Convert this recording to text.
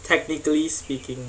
technically speaking